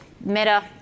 Meta